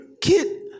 Kid